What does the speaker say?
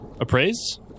Appraise